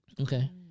Okay